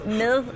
med